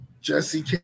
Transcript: Jesse